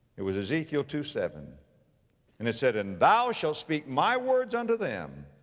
it was ezekiel two seven. and it said, and thou shalt speak my words unto them,